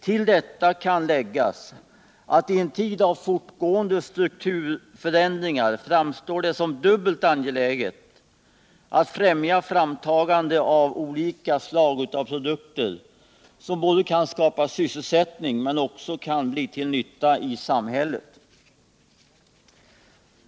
Till detta kan läggas att det i en tid av fortgående strukturförändringar framstår såsom dubbelt angeläget att främja framtagande av olika slag av produkter, som kan både skapa sysselsättning och bli till nytta i samhället.